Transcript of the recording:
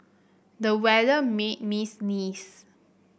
the weather made me sneeze